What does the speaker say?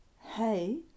hey